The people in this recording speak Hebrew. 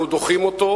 אנחנו דוחים אותו,